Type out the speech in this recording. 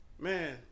Man